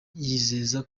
yizeza